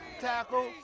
tackle